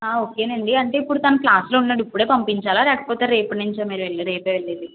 okay అండి అంటే ఇప్పుడు తను క్లాస్లో ఉఉన్నాడు ఇప్పుడే పంపించాలా లేకపోతే రేపటి నుంచా మీరెళ్ళే రేపే వెళ్ళేది